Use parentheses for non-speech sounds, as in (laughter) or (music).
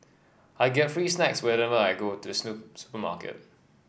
I get free snacks whenever I go to (unintelligible) supermarket